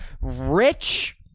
rich